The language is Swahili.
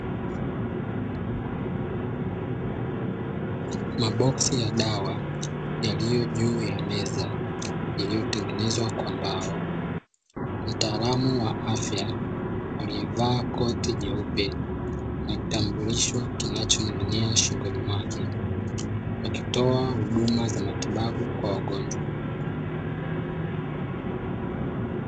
Mabosi ya dawa yaliyo juu ya meza yaliyotengenezwa kwa mbao, mtaalam wa afya aliyevaa koti jeupe na kitambulisho kinacho ning'inia shingoni mwake, akitoa huduma za matibabu kwa wagonjwa.